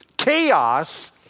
Chaos